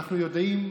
אנחנו יודעים,